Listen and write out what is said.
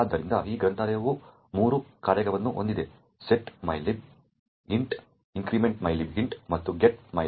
ಆದ್ದರಿಂದ ಈ ಗ್ರಂಥಾಲಯವು ಮೂರು ಕಾರ್ಯಗಳನ್ನು ಹೊಂದಿದೆ set mylib int increment mylib int ಮತ್ತು get mylib int